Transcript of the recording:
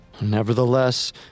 Nevertheless